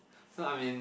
so I'm in